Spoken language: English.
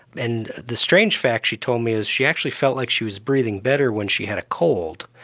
and the strange fact she told me is she actually felt like she was breathing better when she had a cold.